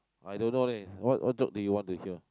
I don't know leh what what joke do you want to hear